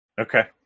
Okay